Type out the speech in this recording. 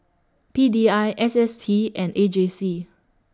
P D I S S T and A J C